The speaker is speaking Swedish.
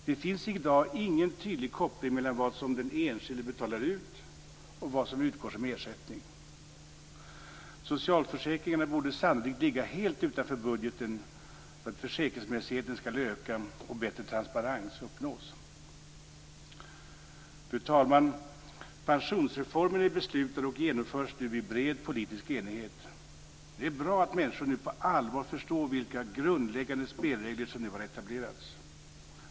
Det finns i dag ingen tydlig koppling mellan vad den enskilde betalar och vad som utgår som ersättning. Socialförsäkringarna borde sannolikt ligga helt utanför budgeten för att försäkringsmässigheten ska öka och bättre transparens uppnås. Fru talman! Pensionsreformen är beslutad och genomförs nu i bred politisk enighet. Det är bra att människor nu på allvar förstår vilka grundläggande spelregler som har etablerats.